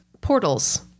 portals